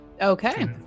Okay